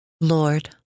Lord